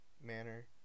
manner